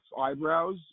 eyebrows